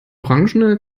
orange